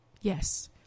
yes